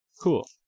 Cool